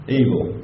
evil